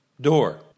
door